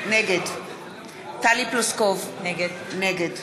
נגד טלי פלוסקוב, נגד